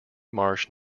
marsh